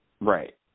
right